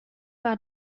war